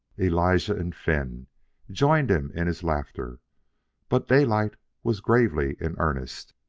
elijah and finn joined him in his laughter but daylight was gravely in earnest.